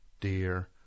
dear